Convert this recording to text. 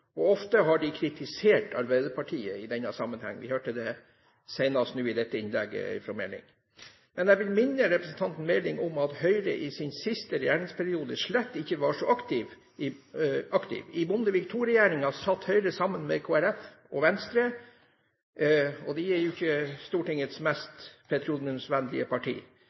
konsekvensutredning. Ofte har de kritisert Arbeiderpartiet i denne sammenheng. Vi hørte det nå senest i dette innlegget fra Meling. Men jeg vil minne representanten Meling om at Høyre i sin siste regjeringsperiode slett ikke var så aktiv. I Bondevik II-regjeringen satt Høyre sammen med Kristelig Folkeparti og Venstre – og de er jo ikke Stortingets mest